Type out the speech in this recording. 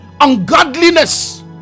ungodliness